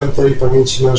mężem